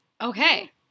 Okay